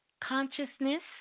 consciousness